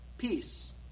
peace